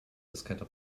diskette